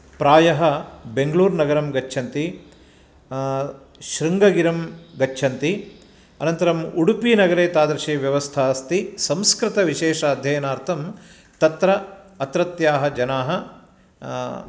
प्रायः बेङ्ग्लूर्नगरं गच्छन्ति शृङ्गगिरिं गच्छन्ति अनन्तरं उडुपीनगरे तादृशी व्यवस्था अस्ति संस्कृतविशेषाध्ययनार्थं तत्र अत्रत्याः जनाः